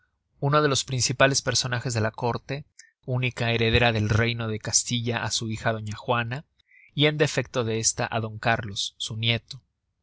uno de los principales personajes de la córte única heredera del reino de castilla á su hija doña juana y en defecto de esta á d cárlos su nieto